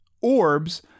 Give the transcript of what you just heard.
orbs